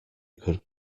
could